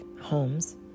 homes